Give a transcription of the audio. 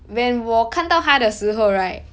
when 我看到他的时候 right